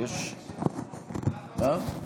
מה?